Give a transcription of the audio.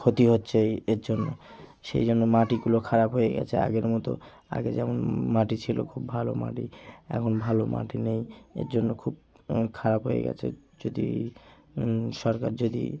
ক্ষতি হচ্ছে এই এর জন্য সেই জন্য মাটিগুলো খারাপ হয়ে গেছে আগের মতো আগে যেমন মাটি ছিলো খুব ভালো মাটি এখন ভালো মাটি নেই এর জন্য খুব খারাপ হয়ে গেছে যদি সরকার যদি